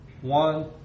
one